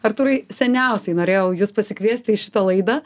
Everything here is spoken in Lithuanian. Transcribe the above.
artūrai seniausiai norėjau jus pasikviesti į šitą laidą